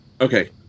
okay